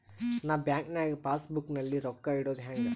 ನಾ ಬ್ಯಾಂಕ್ ನಾಗ passbook ನಲ್ಲಿ ರೊಕ್ಕ ಇಡುದು ಹ್ಯಾಂಗ್?